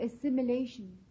assimilation